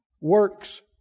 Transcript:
works